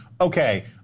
okay